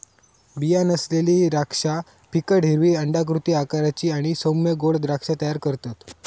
बीया नसलेली द्राक्षा फिकट हिरवी अंडाकृती आकाराची आणि सौम्य गोड द्राक्षा तयार करतत